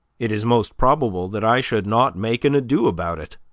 it is most probable that i should not make an ado about it,